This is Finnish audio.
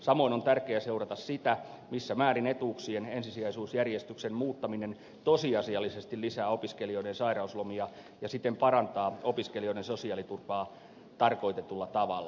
samoin on tärkeää seurata sitä missä määrin etuuksien ensisijaisuusjärjestyksen muuttaminen tosiasiallisesti lisää opiskelijoiden sairauslomia ja siten parantaa opiskelijoiden sosiaaliturvaa tarkoitetulla tavalla